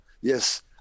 yes